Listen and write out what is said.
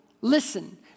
listen